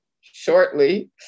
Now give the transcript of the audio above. shortly